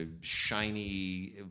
shiny